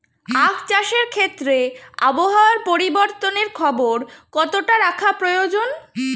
আখ চাষের ক্ষেত্রে আবহাওয়ার পরিবর্তনের খবর কতটা রাখা প্রয়োজন?